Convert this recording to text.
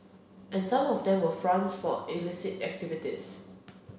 and some of them were fronts for illicit activities